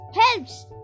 helps